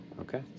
Okay